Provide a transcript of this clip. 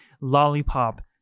lollipop